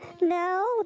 No